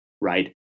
right